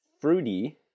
fruity